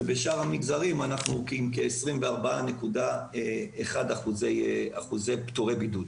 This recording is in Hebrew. בשאר המגזרים אנחנו עם כ-24.1% פטורי בידוד.